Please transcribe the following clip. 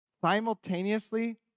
simultaneously